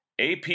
AP